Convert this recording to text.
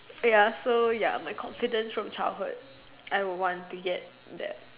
ya so ya my confidence from childhood I would want to get that